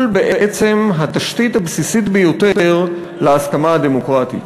התשתית הבסיסית ביותר להסכמה הדמוקרטית.